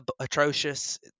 atrocious